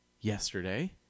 yesterday